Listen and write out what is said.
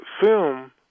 film